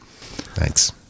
Thanks